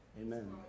Amen